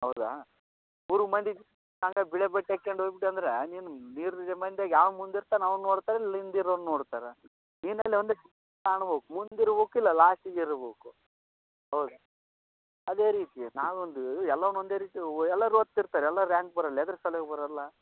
ಹೌದಾ ನೂರು ಮಂದಿ ಹಂಗ ಬಿಳಿ ಬಟ್ಟೆ ಹಾಕ್ಯಂಡ್ ಹೋಗ್ ಬಿಟ್ಟೆ ಅಂದ್ರೆ ನಿನ್ನ ನೂರು ಮಂದಿಯಾಗ್ ಯಾವ ಮುಂದೆ ಇರ್ತಾನ ಅವ್ನ ನೋಡ್ತಾ ಇಲ್ಲ ಹಿಂದ್ ಇರೋನ್ನ ನೋಡ್ತಾರ ನೀನ್ ಅಲ್ಲಿ ಒಂದು ಕಾಣ್ಬೇಕ್ ಮುಂದೆ ಇರ್ಬೇಕು ಇಲ್ಲ ಲಾಸ್ಟಿಗೆ ಇರ್ಬೇಕು ಹೌದ್ ಅದೇ ರೀತಿ ನಾವೊಂದು ಎಲ್ಲವನ್ನು ಒಂದೇ ರೀತಿ ಎಲ್ಲರೂ ಓದ್ತಿರ್ತಾರೆ ಎಲ್ಲ ರ್ಯಾಂಕ್ ಬರೋಲ್ಲ ಯಾವುದ್ರ್ ಸಲುವಾಗಿ ಬರೋಲ್ಲ